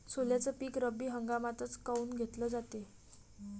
सोल्याचं पीक रब्बी हंगामातच काऊन घेतलं जाते?